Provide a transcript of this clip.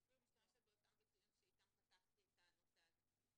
את אפילו משתמשת באותם ביטויים שאיתם פתחתי את הנושא הזה.